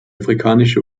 afrikanische